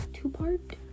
Two-part